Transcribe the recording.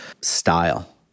style